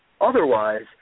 Otherwise